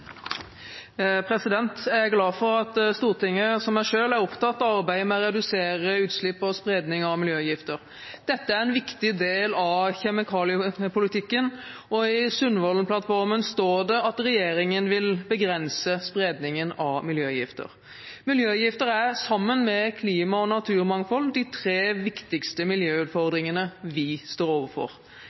en viktig del av kjemikaliepolitikken, og i Sundvolden-plattformen står det at regjeringen vil begrense spredningen av miljøgifter. Miljøgifter er, sammen med klima- og naturmangfold, de tre viktigste miljøutfordringene vi står overfor.